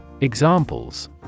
Examples